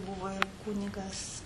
buvo ir kunigas